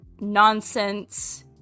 Nonsense